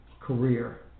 career